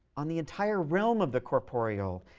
on the entire realm of the corporeal.